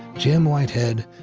jim whitehead,